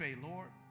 Lord